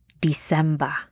December